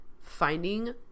finding